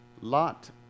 Lot